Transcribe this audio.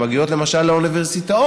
שמגיעות למשל לאוניברסיטאות,